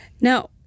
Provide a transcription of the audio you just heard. Now